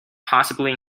possibly